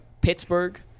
Pittsburgh